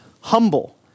humble